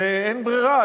שאין ברירה,